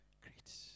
great